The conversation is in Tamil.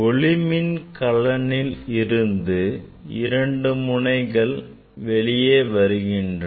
ஒளிமின் கலனில் இருந்து இரண்டு மின் முனைகள் வெளியே வருகின்றன